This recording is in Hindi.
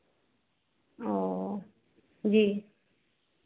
ओ जी